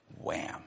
Wham